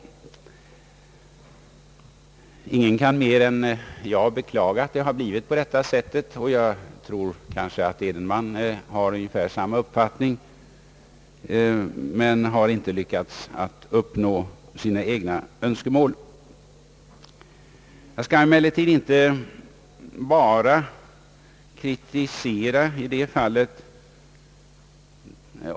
Ingen kan mer än jag beklaga att det har blivit på detta sätt. Jag tror att herr Edenman har ungefär samma uppfattning och att han inte lyckats uppnå sina egna önskemål. Jag skall emellertid inte bara kritisera i detta fall.